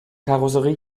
karosserie